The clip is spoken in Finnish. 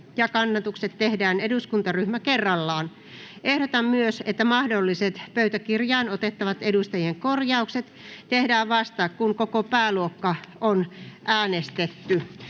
ja kannatukset tehdään eduskuntaryhmä kerrallaan. Ehdotan myös, että mahdolliset pöytäkirjaan otettavat edustajien korjaukset tehdään vasta, kun koko pääluokka on äänestetty.